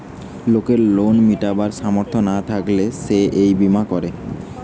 লোকের লোন মিটাবার সামর্থ না থাকলে সে এই বীমা করে